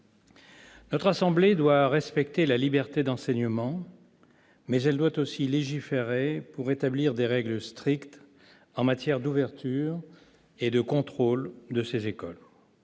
Notre assemblée doit respecter la liberté d'enseignement, mais elle doit aussi légiférer pour établir des règles strictes en matière d'ouverture et de contrôle de ces écoles.